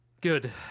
Good